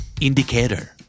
Indicator